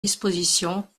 disposition